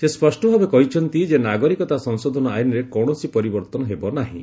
ସେ ସ୍ୱଷ୍ଟ ଭାବେ କହିଛନ୍ତି ଯେ ନାଗରିକତା ସଂଶୋଧନ ଆଇନ୍ରେ କୌଣସି ପରିବର୍ତ୍ତନ ହେବ ନାହିଁ